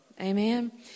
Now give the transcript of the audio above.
Amen